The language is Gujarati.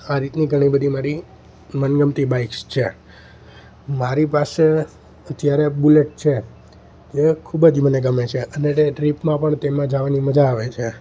આ રીતની ઘણી બધી મારી મનગમતી બાઈક્સ છે મારી પાસે અત્યારે બુલેટ છે જે ખૂબ જ મને ગમે છે અને એ ટ્રીપમાં પણ તેમાં જવાની મજા આવે છે